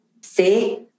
See